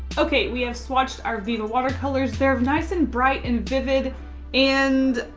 okay, we have swatched our viviva watercolors. they're nice and bright and vivid and.